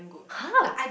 !huh!